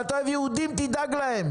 אם אתה אוהב יהודים תדאג להם,